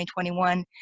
2021